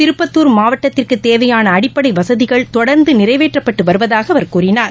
திருப்பத்தூர் மாவட்டத்திற்குதேவையானஅடிப்படைவசதிகள் தொடர்ந்தநிறைவேற்றப்பட்டுவருவதாகஅவர் கூறினார்